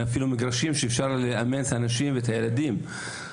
אין מגרשים שאפשר לאמץ את האנשים ואת הילדים.